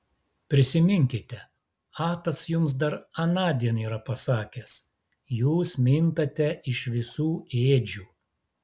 prisiminkite atas jums dar anądien yra pasakęs jūs mintate iš visų ėdžių